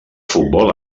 futbol